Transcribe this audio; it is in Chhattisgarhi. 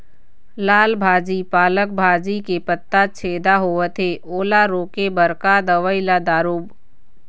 लाल भाजी पालक भाजी के पत्ता छेदा होवथे ओला रोके बर का दवई ला दारोब?